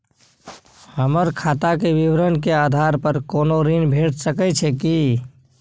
हमर खाता के विवरण के आधार प कोनो ऋण भेट सकै छै की?